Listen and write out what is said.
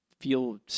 feel